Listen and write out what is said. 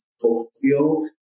fulfill